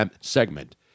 segment